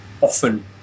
often